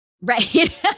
Right